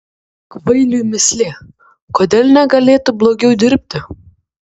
kvailiui mįslė kodėl negalėtų blogiau dirbti